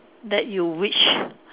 that you wish